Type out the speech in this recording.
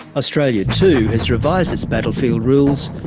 australia too has revised its battlefield rules,